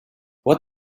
what